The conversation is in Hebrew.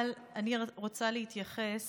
אבל אני רוצה להתייחס